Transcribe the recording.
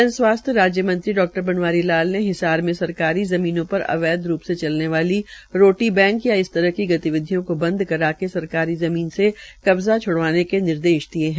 जन स्वास्थ्य राज्य मंत्री डॉ बनवारी लाल ने हिसार में सरकारी जमीनों पर अवैध रूप से चलने वाली रोटी बैंक या इस तरह की गतिविधियों को बंदर कराके सरकारी ज़मीन से कब्जा छड़वाने के निर्देश दिये है